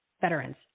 veterans